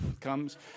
comes